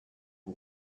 who